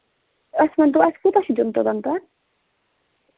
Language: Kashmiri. اَسہِ ؤنۍتَو اَسہِ کوٗتاہ چھُ دیُن توٚت تام